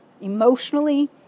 emotionally